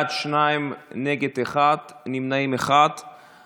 בעד, שניים, נגד, אחד, נמנע, אחד.